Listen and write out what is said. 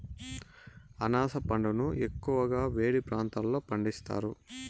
అనాస పండును ఎక్కువగా వేడి ప్రాంతాలలో పండిస్తారు